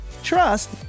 Trust